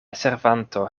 servanto